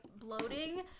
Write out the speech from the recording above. bloating